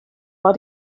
war